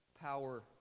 power